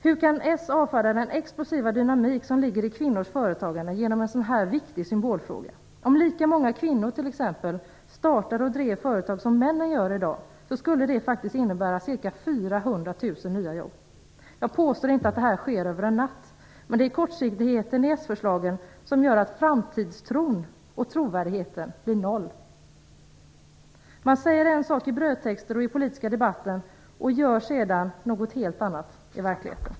Hur kan s avfärda den explosiva dynamik som ligger i kvinnors företagande vad gäller en sådan här viktig symbolfråga? Om i dag t.ex. lika många kvinnor som män startade och drev företag, skulle det faktiskt innebära ca 400 000 nya jobb. Jag påstår inte att det här sker över en natt, men det är kortsiktigheten i s-förslagen som gör att framtidstron och trovärdigheten blir noll. Man säger en sak i brödtexter och i politiska debatter och gör sedan något helt annat i verkligheten.